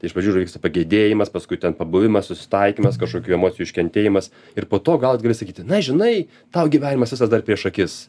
iš pradžių vyksta pagedėjimas paskui ten pabuvimas susitaikymas kažkokių emocijų iškentėjimas ir po to gal ir gali sakyti na žinai tau gyvenimas visas dar prieš akis